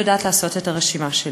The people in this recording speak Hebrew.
אני יודעת לעשות את הרשימה שלי.